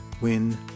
win